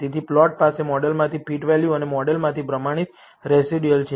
તેથી પ્લોટ પાસે મોડેલમાંથી ફિટ વેલ્યુ અને મોડેલમાંથી પ્રમાણિત રેસિડયુઅલ છે